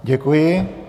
Děkuji.